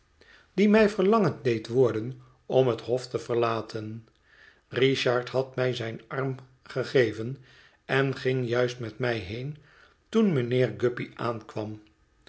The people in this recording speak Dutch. die mij verlangend deed worden om het hof te verlaten richard had mij zijn arm gegeven en ging juist met mij heen toen mijnheer guppy aankwam